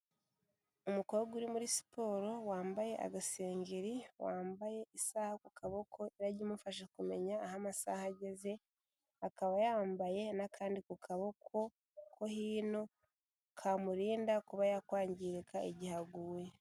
Umukobwa uri muri siporo wambaye agasengeri, wambaye isaha ku kaboko irajya imufasha kumenya aho amasaha ageze, akaba yambaye n'akandi ku kaboko ko hino, kamurinda kuba yakwangirika igihe aguye.